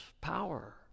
power